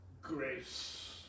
grace